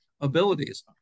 abilities